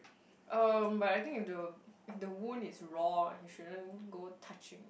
um but I think if the if the wound is raw you shouldn't go touch it